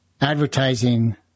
advertising